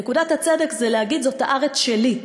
נקודת הצדק זה להגיד: זאת הארץ שלי.